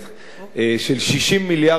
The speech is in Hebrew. של 60 מיליארד שקלים